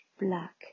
black